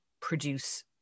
produce